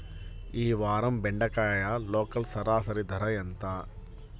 ఈ వారం బెండకాయ లోకల్ సరాసరి ధర ఎంత?